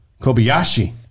Kobayashi